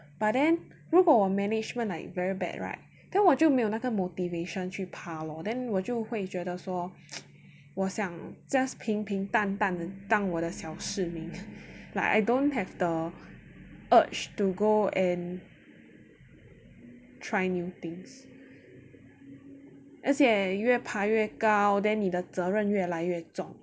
but then 如果我 management like very bad right then 我就没有那个 motivation 去爬 lor then 我就会觉得说我想 just 平平淡淡的当我的小市 like I don't have the urge to go and try new things 而且越爬越高 then 你的责任越来越重